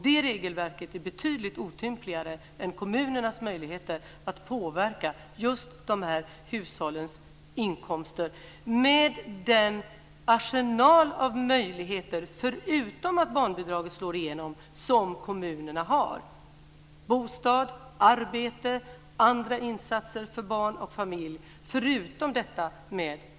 Det regelverket är betydligt otympligare än kommunernas möjligheter att påverka just de här hushållens inkomster med den arsenal av möjligheter som de har förutom att barnbidraget slår igenom. Det handlar om bostad, arbete och andra insatser för barn och familjer, förutom barnbidraget.